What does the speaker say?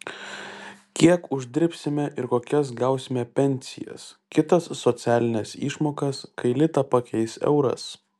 kiek uždirbsime ir kokias gausime pensijas kitas socialines išmokas kai litą pakeis euras